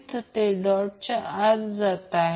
तर ते प्रति सायकल π आहे म्हणून ते भागीले f आहे